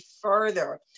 further